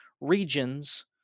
regions